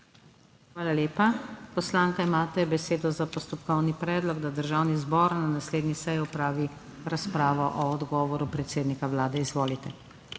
Hvala lepa. Poslanka, imate besedo za postopkovni predlog, da Državni zbor na naslednji seji opravi razpravo o odgovoru predsednika Vlade. Izvolite.